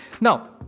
Now